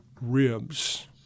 ribs